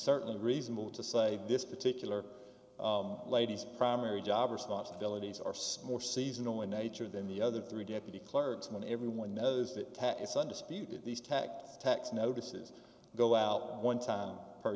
certainly reasonable to say this particular lady's primary job responsibilities are smaller seasonal in nature than the other three deputy clergymen everyone knows that it's undisputed these tax tax notices go out one time per